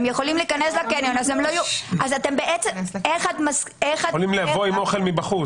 הם הרי יכולים לבוא עם אוכל מבחוץ.